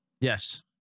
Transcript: Yes